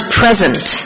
present